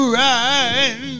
right